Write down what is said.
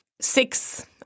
six